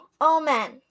Amen